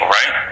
right